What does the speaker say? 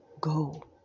go